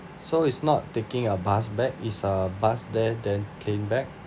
so it's not taking a bus back it's a bus there then plane back